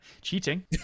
Cheating